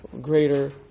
greater